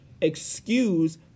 excuse